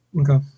Okay